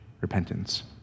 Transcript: repentance